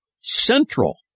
central